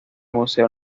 museo